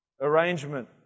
arrangement